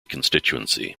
constituency